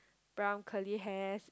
brown curly hair